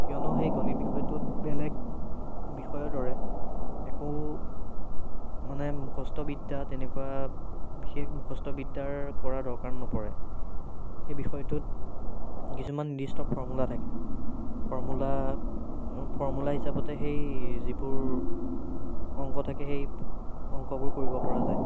কিয়নো সেই গণিত বিষয়টোত বেলেগ বিষয়ৰ দৰে একো মানে মুখস্থ বিদ্যা তেনেকুৱা বিশেষ মুখস্থ বিদ্যাৰ কৰা দৰকাৰ নপৰে সেই বিষয়টোত কিছুমান নিৰ্দিষ্ট ফৰ্মুলা থাকে ফৰ্মুলা ফৰ্মুলা হিচাপতে সেই যিবোৰ অংক থাকে সেই অংকবোৰ কৰিব পৰা যায়